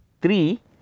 Three